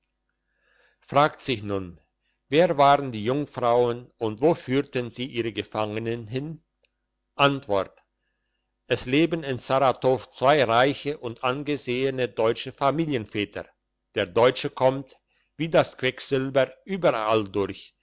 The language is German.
fragt sich nun wer waren die jungfrauen und wo führten sie ihre gefangenen hin antwort es leben in saratow zwei reiche und angesehene deutsche familienväter der deutsche kommt wie das quecksilber überall durch